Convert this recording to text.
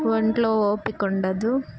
ఒంట్లో ఓపికండదు